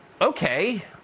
okay